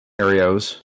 scenarios